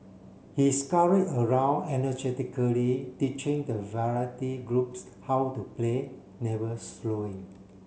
he scurry around energetically teaching the variety groups how to play never slowing